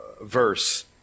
verse